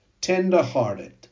tender-hearted